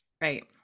Right